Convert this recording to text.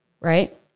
Right